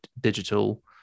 digital